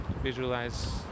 visualize